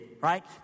right